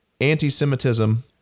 anti-Semitism